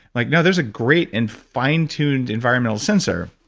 like now there's a great and fine-tuned environmental sensor,